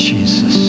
Jesus